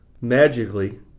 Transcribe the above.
Magically